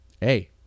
hey